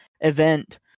event